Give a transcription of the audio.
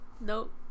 Nope